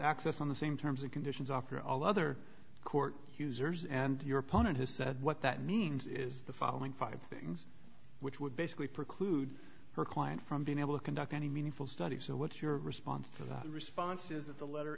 access on the same terms and conditions after all other court users and your opponent has said what that means is the following five things which would basically preclude her client from being able to conduct any meaningful study so what's your response to that response is that the letter